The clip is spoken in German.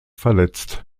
verletzt